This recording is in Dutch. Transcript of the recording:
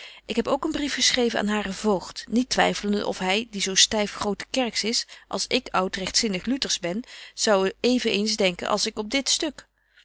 ik heb ook een brief geschreven aan haren voogd niet twyfelende of hy die zo styf grotekerks is als ik oud rechtzinnig luters ben zou even eens denken als ik op dit stuk